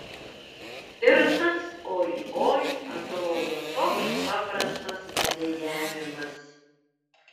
ir tas oi oi atrodo toks paprastas padejavimas